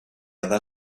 other